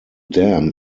dam